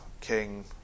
King